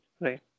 right